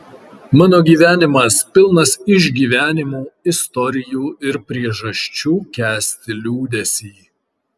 mano gyvenimas pilnas išgyvenimų istorijų ir priežasčių kęsti liūdesį